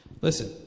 Listen